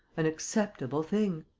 an acceptable thing?